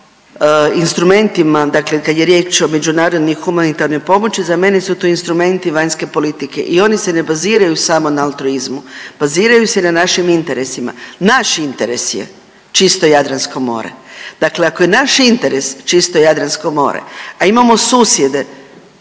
o instrumentima, dakle kada je riječ o međunarodnoj humanitarnoj pomoći za mene su to instrumenti vanjske politike i oni se ne baziraju samo na altruizmu. Baziraju se na našim interesima. Naš interes je čisto Jadransko more. Dakle, ako je naš interes čisto Jadransko more, a imamo susjede,